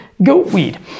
goatweed